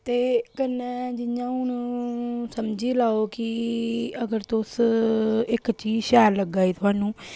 ते कन्नै जि'यां हून समझी लैओ कि अगर तुस इक चीज शैल लग्गा दी थोहानू